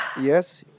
yes